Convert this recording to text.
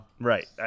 Right